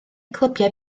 clybiau